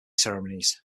ceremonies